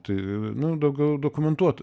tai nu daugiau dokumentuota